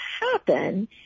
happen